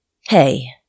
Hey